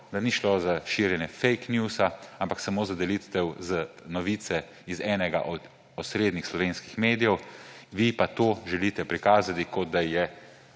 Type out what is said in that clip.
– ni šlo za širjenje fejk njusa, ampak samo za delitev novice iz enega od osrednih slovenskih medijev, vi pa to želite prikazati, kot da je